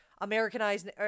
Americanized